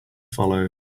follow